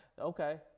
Okay